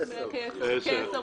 כ-10 קומות.